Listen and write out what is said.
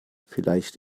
vielleicht